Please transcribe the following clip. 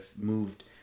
moved